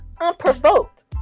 unprovoked